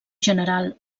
general